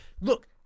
Look